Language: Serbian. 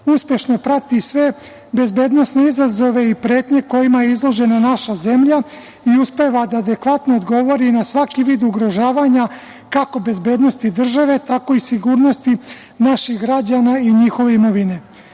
uspešno prati sve bezbednosne izazove i pretnje kojima je izložena naša zemlja i uspeva da adekvatno odgovori na svaki vid ugrožavanja kako bezbednosti države, tako i sigurnosti naših građana i njihove imovine. Posebno